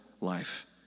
life